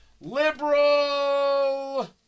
Liberal